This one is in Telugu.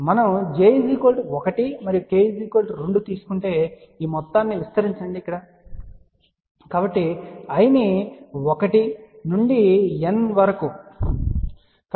మరియు మనం j 1 మరియు k 2 తీసుకుంటే ఈ మొత్తం విస్తరించండి కాబట్టి i ని 1 నుండి N వరకు మార్చుతున్నాము